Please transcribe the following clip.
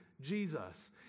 Jesus